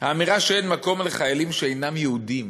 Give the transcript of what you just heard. האמירה שאין מקום לחיילים שאינם יהודים